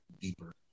deeper